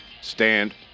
Stand